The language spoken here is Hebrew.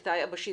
במקטע היבשתי,